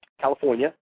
California